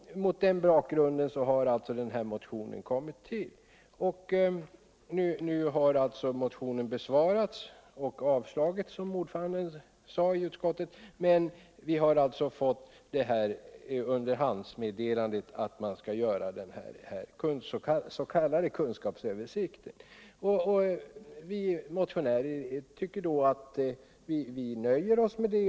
Mot denna bakgrund har alltså denna motion kommit till. Motionen har nu som ordföranden i utskottet sade avstyrkts, men vi har fått underhandsmeddelandet om att man skall göra den s.k. kunskapsöversikten. Vi motionärer nöjer oss med detta.